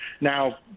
Now